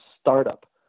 startup